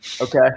Okay